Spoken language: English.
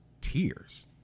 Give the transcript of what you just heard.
tears